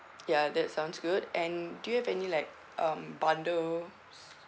ya that sounds good and do you have any like um bundles